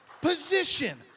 Position